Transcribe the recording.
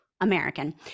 American